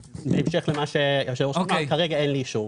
בהמשך למה שהיושב-ראש אמר, כרגע אין לי אישור.